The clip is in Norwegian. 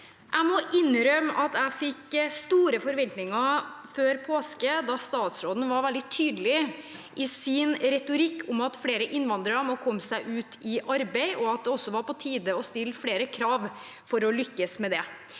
Jeg må innrømme at jeg fikk store forventninger før påske da statsråden var veldig tydelig i sin retorikk om at flere innvandrere må komme seg ut i arbeid, og at det også var på tide å stille flere krav for å lykkes med det.